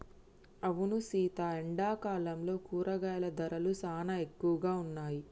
అవును సీత ఎండాకాలంలో కూరగాయల ధరలు సానా ఎక్కువగా ఉన్నాయి